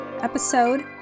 episode